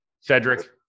Cedric